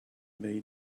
made